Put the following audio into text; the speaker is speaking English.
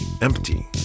empty